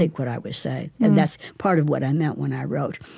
like what i was saying, and that's part of what i meant when i wrote,